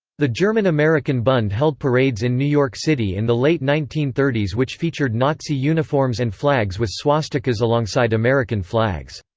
the german american bund held parades in new york city in the late nineteen thirty s which featured nazi uniforms and flags with swastikas alongside american flags.